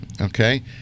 Okay